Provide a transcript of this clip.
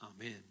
Amen